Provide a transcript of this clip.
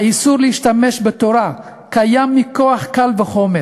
האיסור להשתמש בתורה קיים מכוח קל וחומר,